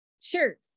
sure